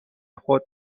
خود